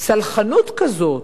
סלחנות כזאת,